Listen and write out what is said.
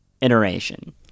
iteration